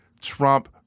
Trump